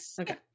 Okay